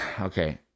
Okay